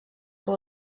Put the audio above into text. que